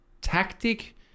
tactic